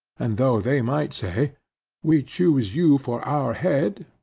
and though they might say we choose you for our head,